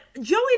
Joey